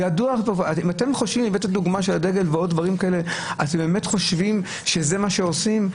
הדוגמה של הדגל, אתם באמת חושבים שזה מה שעושים?